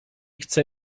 chce